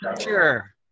Sure